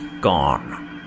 gone